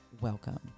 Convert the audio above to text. welcome